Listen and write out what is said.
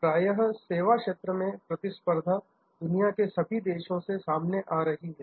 प्रायः सेवा क्षेत्र में प्रतिस्पर्धा दुनिया के सभी देशों से सामने आ रही है